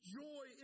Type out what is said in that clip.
joy